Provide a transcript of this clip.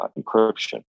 encryption